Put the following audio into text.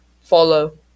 follow